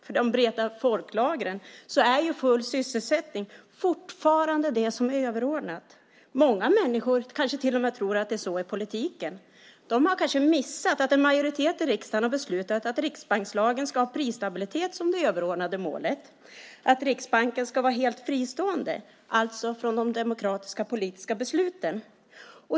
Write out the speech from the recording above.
För de breda folklagren är full sysselsättning fortfarande det som är överordnat. Många människor kanske till och med tror att det är så i politiken. De kanske har missat att en majoritet i riksdagen har beslutat att Riksbanken enligt lag ska ha prisstabilitet som det överordnade målet och att Riksbanken ska vara helt fristående, alltså från de demokratiska politiska besluten.